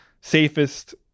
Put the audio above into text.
safest